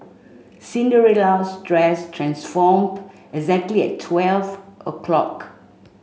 Cinderella's dress transformed exactly at twelve o'clock